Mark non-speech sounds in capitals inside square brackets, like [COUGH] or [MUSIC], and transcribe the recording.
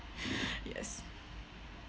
[BREATH] yes